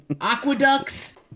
aqueducts